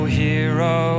hero